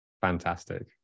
Fantastic